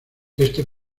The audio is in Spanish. este